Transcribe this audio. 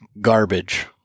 garbage